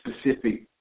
specific